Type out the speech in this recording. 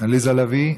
עליזה לביא,